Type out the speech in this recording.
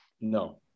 No